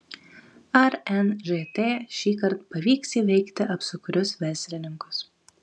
ar nžt šįkart pavyks įveikti apsukrius verslininkus